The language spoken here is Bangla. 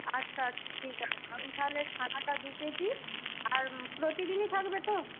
আচ্ছা আচ্ছা ঠিক আছে আমি তাহলে ছানাটা দু কেজি আর প্রতিদিনই থাকবে তো